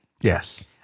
Yes